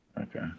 Okay